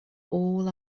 all